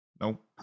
Nope